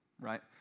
right